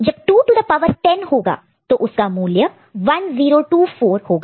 जब 2 to the power 10 होगा तो उसका मूल्य 1024 होगा